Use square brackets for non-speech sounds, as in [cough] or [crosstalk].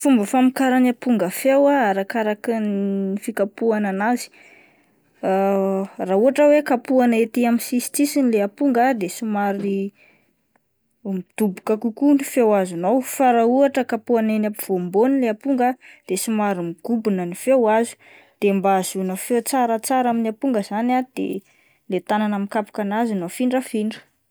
Fomba famokaran'ny aponga feo arakaraka ny fikapohana anazy [hesitation] raha ohatra hoe kapohina ety amin'ny sisitsisiny ilay aponga ah de somary [noise] midoboka kokoa ny feo azonao [noise] fa raha ohatra kapohina eny ampivônimbôny le aponga de [noise] somary migobina ny feo azo [noise] de mba ahazoana feo tsaratsara amin'ny amponga zany ah [noise] de le tanàna mikapoka an'azy no afindrafindra.